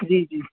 जी जी